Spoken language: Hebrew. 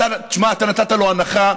תשמע, אתה נתת לו הנחה.